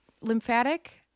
lymphatic